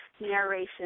narration